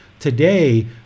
Today